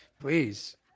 please